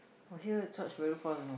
!wah! here charged very fast you know